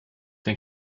den